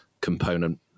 component